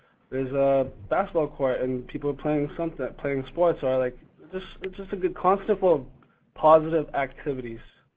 there's a basketball court and people playing something, playing sports, or, like, just, it's just a good concept of positive activities,